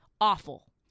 awful